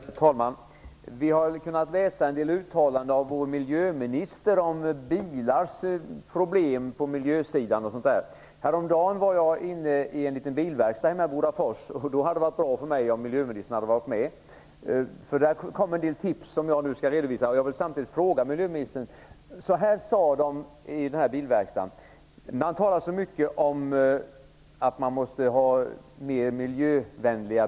Värderade talman! Vi har kunnat läsa en del uttalanden av vår miljöminister om miljöproblemen med bilar. Häromdagen var jag inne i en liten bilverkstad hemma i Bodafors. Det hade varit bra för mig om miljöministern hade varit med. I den här bilverkstaden sade de: Det talas så mycket om att de nya bilarna måste bli mer miljövänliga.